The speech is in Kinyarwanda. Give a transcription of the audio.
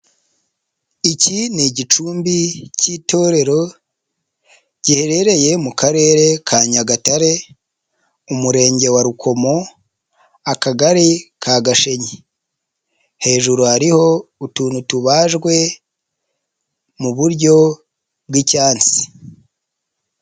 Iki ni igicumbi cy'itorero, giherereye mu Karere ka Nyagatare, Umurenge wa Rukomo, Akagari ka Gashenye, hejuru hariho utuntu tubajwe mu buryo bw'icyasi.